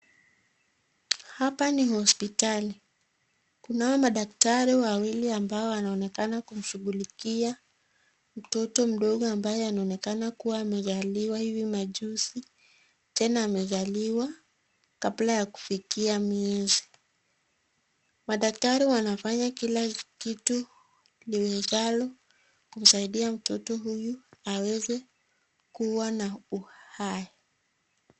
Hapa ni hospitali, kunao madaktari wawili ambao wanaonekana kumshughulikia mtoto mdogo amabye anaonekana kuwa amezaliwa hivi majuzi kabla ya kufikia miezi. Wanafanya kila kitu liwezalo kumsaidia ili aweze kuwa na uhai.